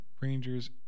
Rangers